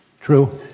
True